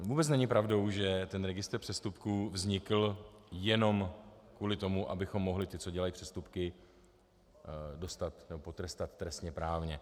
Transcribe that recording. Vůbec není pravdou, že registr přestupků vznikl jenom kvůli tomu, abychom mohli ty, co dělají přestupky, potrestat trestněprávně.